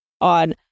on